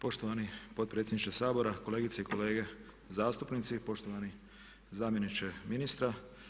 Poštovani potpredsjedniče Sabora, kolegice i kolege zastupnici, poštovani zamjeniče ministra.